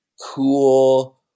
cool